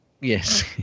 yes